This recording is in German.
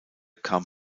kam